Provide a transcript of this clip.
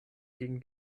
gegen